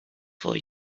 for